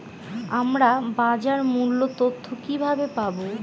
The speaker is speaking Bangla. আমরা বাজার মূল্য তথ্য কিবাবে পাবো?